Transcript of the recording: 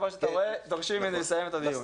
כמו שאתה רואה, דורשים ממני לסיים את הדיון.